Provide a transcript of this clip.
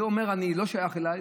זה אומר: לא שייך לי,